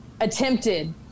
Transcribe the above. attempted